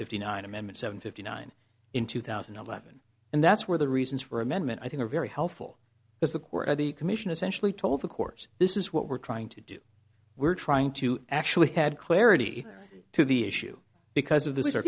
fifty nine amendment seven fifty nine in two thousand and eleven and that's where the reasons for amendment i think are very helpful is the core of the commission essentially told the course this is what we're trying to do we're trying to actually had clarity to the issue because of those